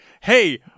hey